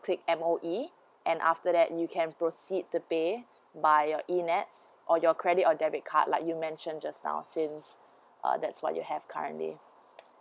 click M_O_E and after that you can proceed to pay by your E nets or your credit or debit card like you mention just now since uh that's what you have currently